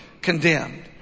condemned